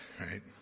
right